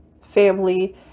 family